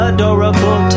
Adorable